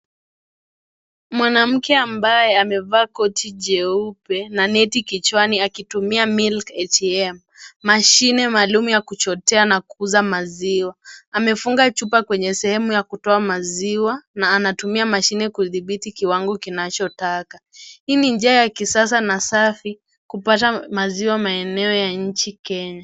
Mwanamke ambaye amevaa koti jeupe na neti kichwani akitumia milk ATM , mashine maalum ya kuchotea na kuuza maziwa. Amefuga chupa kwenye sehemu ya kutoa maziwa na anatumia mashine kudhibiti kiwango kinachotaka. Hii ni njia ya kisasa na safi, kupata maziwa maeneo ya nchi Kenya.